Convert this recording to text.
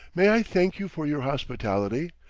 may i thank you for your hospitality,